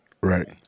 right